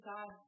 God